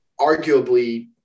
arguably